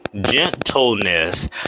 gentleness